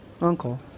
Uncle